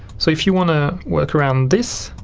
so if you want to work around this,